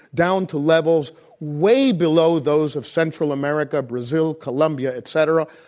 down to levels way below those of central america, brazil, colombia, et cetera,